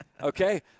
okay